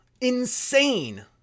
Insane